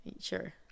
Sure